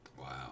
Wow